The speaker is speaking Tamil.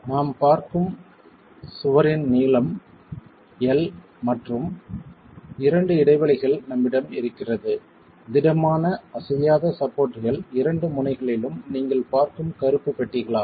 நாம் பார்க்கும் சுவரின் நீளம் L மற்றும் இரண்டு இடைவெளிகள் நம்மிடம் இருக்கிறது திடமான அசையாத சப்போர்ட்கள் இரண்டு முனைகளிலும் நீங்கள் பார்க்கும் கருப்பு பெட்டிகளாகும்